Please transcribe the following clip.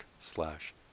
slash